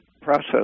process